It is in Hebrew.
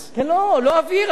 לא אוויר, החינוך.